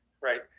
Right